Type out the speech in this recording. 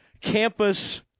campus